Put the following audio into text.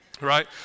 right